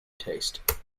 taste